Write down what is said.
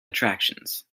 attractions